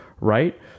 right